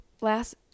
last